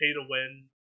pay-to-win